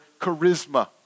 charisma